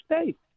state